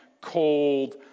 cold